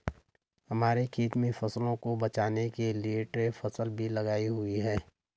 हमारे खेत में फसलों को बचाने के लिए ट्रैप फसल भी लगाई हुई है